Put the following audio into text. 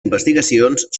investigacions